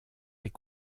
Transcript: est